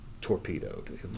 torpedoed